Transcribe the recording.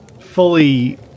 fully